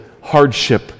hardship